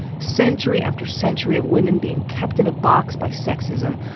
century after century of women being kept in a box by sexism,